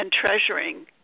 treasuring